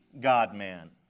God-man